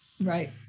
right